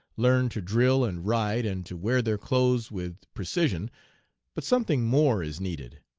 learned to drill and ride, and to wear their clothes with precision but something more is needed.